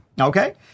okay